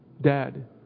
dad